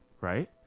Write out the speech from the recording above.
right